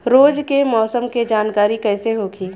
रोज के मौसम के जानकारी कइसे होखि?